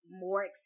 more